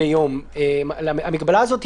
לפי החלטת הממשלה,